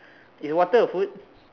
is water a food